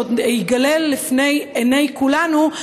שעוד יתגלה לעיני כולנו,